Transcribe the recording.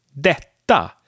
detta